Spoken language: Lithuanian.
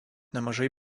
nemažai